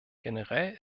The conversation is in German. generell